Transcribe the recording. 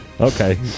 Okay